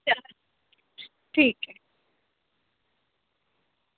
ठीक